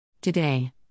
Today